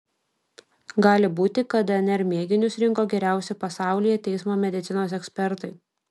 gali būti kad dnr mėginius rinko geriausi pasaulyje teismo medicinos ekspertai